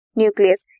nucleus